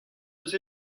eus